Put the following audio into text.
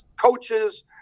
coaches